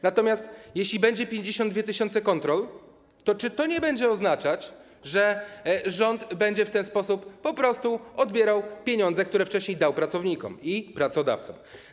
Natomiast jeśli będzie 52 tys. kontroli, to czy to nie będzie oznaczać, że rząd będzie w ten sposób po prostu odbierał pieniądze, które wcześniej dał pracownikom i pracodawcom?